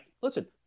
Listen